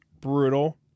brutal